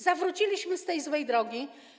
Zawróciliśmy z tej złej drogi.